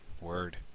Word